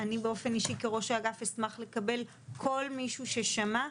אני באופן אישי כראש האגף אשמח לקבל כל מישהו ששמע,